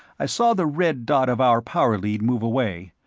i saw the red dot of our power lead move away,